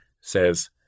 says